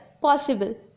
possible